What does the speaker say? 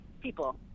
People